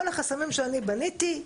כל החסמים שאני בניתי,